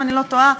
אם אני לא טועה,